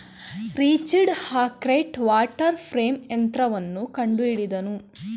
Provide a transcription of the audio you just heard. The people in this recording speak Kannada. ರಿಚರ್ಡ್ ಅರ್ಕರೈಟ್ ವಾಟರ್ ಫ್ರೇಂ ಯಂತ್ರವನ್ನು ಕಂಡುಹಿಡಿದನು